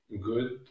good